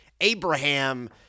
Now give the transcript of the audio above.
Abraham